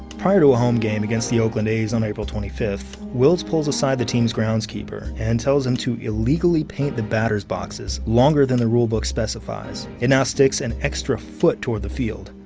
prior to a home game against the oakland a's on april twenty fifth, wills pulls aside the team's groundskeeper and tells him to illegally paint the batter's boxes longer than the rule book specifies. it now sticks an extra foot toward the field.